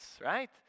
right